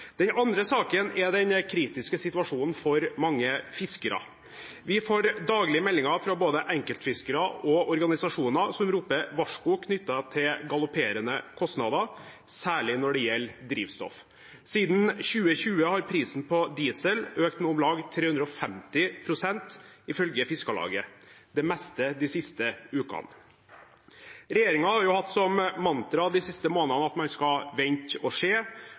Den andre saken er den kritiske situasjonen for mange fiskere. Vi får daglig meldinger fra både enkeltfiskere og organisasjoner som roper varsko knyttet til galopperende kostnader, særlig når det gjelder drivstoff. Siden 2020 har prisen på diesel økt med om lag 350 pst., ifølge Fiskarlaget, det meste de siste ukene. Regjeringen har hatt som mantra de siste månedene at man skal vente